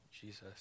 Jesus